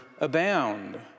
abound